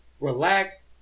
relax